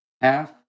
half